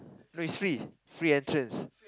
no it's free free entrance